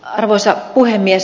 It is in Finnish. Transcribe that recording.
arvoisa puhemies